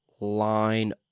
line